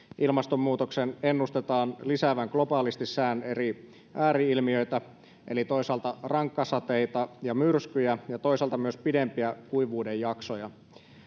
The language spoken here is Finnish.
ilmastonmuutoksen ennustetaan lisäävän globaalisti sään eri ääri ilmiöitä eli toisaalta rankkasateita ja myrskyjä ja toisaalta myös pidempiä kuivuuden jaksoja